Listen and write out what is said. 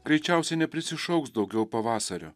greičiausiai neprisišauks daugiau pavasario